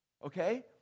Okay